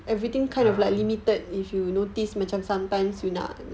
ya